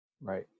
right